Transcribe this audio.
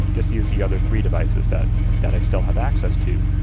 just use the other three devices that that i still have access to.